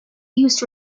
used